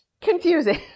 Confusing